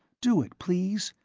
do it please?